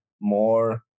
more